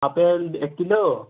apple এক kilo